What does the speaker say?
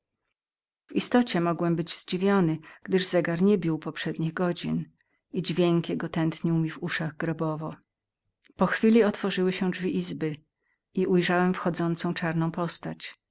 w istocie mogłem być zdziwiony gdyż zegar nie bił poprzednich godzin nareszcie dźwięk ten tętniał mi w uszach grobowo po chwili otworzyły się drzwi izby i ujrzałem wchodzącą czarną postać